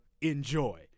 Enjoy